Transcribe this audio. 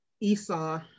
Esau